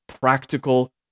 practical